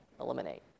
eliminate